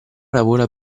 lavora